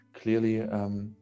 clearly